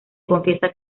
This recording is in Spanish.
confiesa